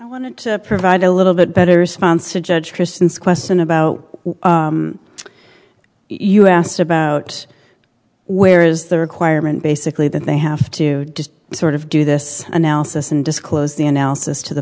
i want to provide a little bit better response to judge christians question about you asked about where is the requirement basically that they have to just sort of do this analysis and disclose the analysis to the